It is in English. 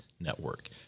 network